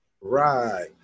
Right